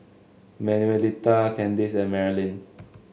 Manuelita Kandice and Marilyn